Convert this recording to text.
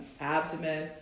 abdomen